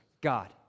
God